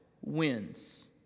wins